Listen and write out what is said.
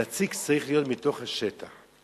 הנציג צריך להיות מתוך השטח.